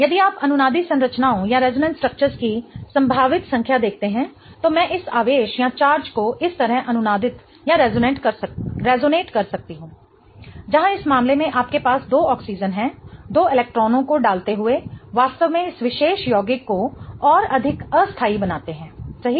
यदि आप अनुनादी संरचनाओं की संभावित संख्या देखते हैं तो मैं इस आवेश को इस तरह अनुनादित कर सकती हूं जहां इस मामले में आपके पास दो ऑक्सीजेन हैं जो इलेक्ट्रॉनों को डालते हुए वास्तव में इस विशेष यौगिक को और अधिक अस्थाई बनाते हैं सही